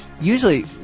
Usually